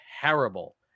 terrible